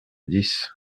dix